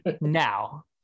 Now